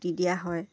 দি দিয়া হয়